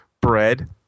bread